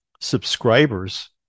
subscribers